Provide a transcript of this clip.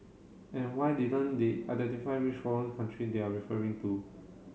and why didn't they identify which foreign country they're referring to